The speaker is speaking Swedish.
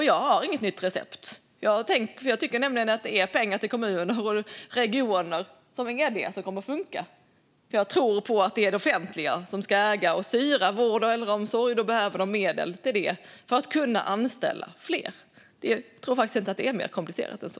Jag har inget nytt recept, för jag tror nämligen att det är pengar till kommuner och regioner som kommer att funka. Jag tror på att det är det offentliga som ska äga och styra vård och äldreomsorg, och då behöver de medel till det för att kunna anställa fler. Jag tror faktiskt inte att det är mer komplicerat än så.